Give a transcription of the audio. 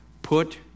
Put